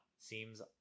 Seems